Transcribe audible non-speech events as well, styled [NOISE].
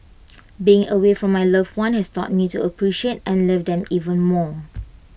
[NOISE] being away from my loved ones has taught me to appreciate and love them even more